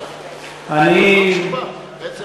יש בעיה, תשובה.